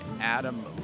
Adam